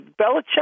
Belichick